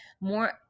more